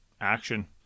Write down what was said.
action